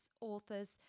authors